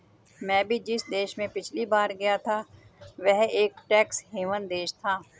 मैं भी जिस देश में पिछली बार गया था वह एक टैक्स हेवन देश था